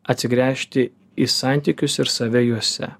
atsigręžti į santykius ir save juose